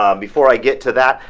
um before i get to that,